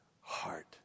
heart